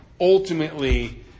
ultimately